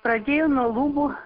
pradėjo nuo lubų